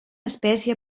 espècie